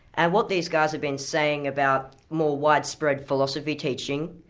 and what these guys have been saying about more widespread philosophy teaching,